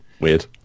Weird